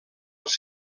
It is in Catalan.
els